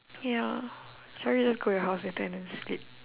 ya should I just go your house later and then sleep